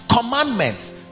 commandments